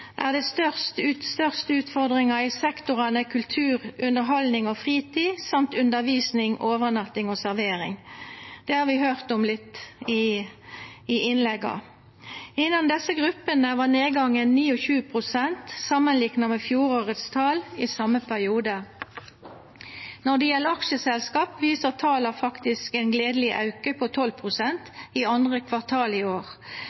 er det størst utfordringar i sektorane kultur, underhaldning og fritid og innan undervisning, overnatting og servering. Det har vi høyrt litt om i innlegga. Innan desse gruppene var nedgangen 29 pst. samanlikna med fjorårets tal i same periode. Når det gjeld aksjeselskap, viser tala faktisk ein gledeleg auke på 12 pst. i andre kvartal i år,